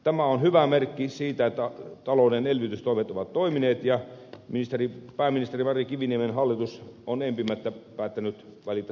tämä on hyvä merkki siitä että talouden elvytystoimet ovat toimineet ja pääministeri mari kiviniemen hallitus on empimättä päättänyt valita saman tien